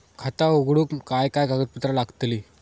खाता उघडूक काय काय कागदपत्रा लागतली?